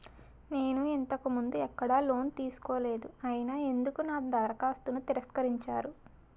నేను ఇంతకు ముందు ఎక్కడ లోన్ తీసుకోలేదు అయినా ఎందుకు నా దరఖాస్తును తిరస్కరించారు?